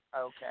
Okay